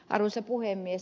arvoisa puhemies